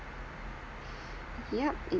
yeah it